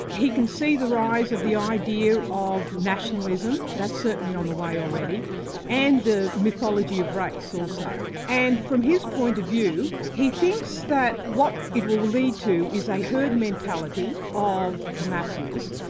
he can see the rise of the idea of nationalism that's certainly on the way already and the mythology of race also. and from his point of view, he thinks that what it will will lead to is a herd mentality of the masses,